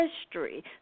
history